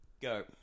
Go